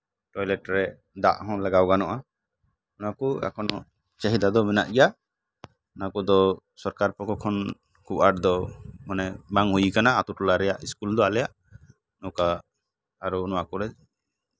toilet ᱨᱮ ᱫᱟᱜ ᱦᱚᱸ ᱞᱟᱜᱟᱣ ᱜᱟᱱᱚᱜᱼᱟ ᱱᱚᱣᱟ ᱠᱚ ᱮᱠᱷᱚᱱ ᱦᱚᱸ ᱪᱟᱦᱤᱫᱟ ᱫᱚ ᱢᱮᱱᱟᱜ ᱜᱮᱭᱟ ᱱᱚᱣᱟ ᱠᱚᱫᱚ ᱥᱚᱨᱠᱟᱨ ᱯᱚᱠᱠᱷᱚ ᱠᱷᱚᱱ ᱠᱷᱩᱵ ᱟᱸᱴ ᱫᱚ ᱢᱟᱱᱮ ᱵᱟᱝ ᱦᱩᱭ ᱠᱟᱱᱟ ᱟᱛᱳᱼᱴᱚᱞᱟ ᱨᱮᱭᱟᱜ ᱥᱠᱩᱞ ᱫᱚ ᱟᱞᱮᱭᱟᱜ ᱱᱚᱝᱠᱟ ᱟᱨᱚ ᱱᱚᱣᱟ ᱠᱚᱨᱮ